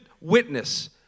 witness